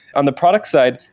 on the product side,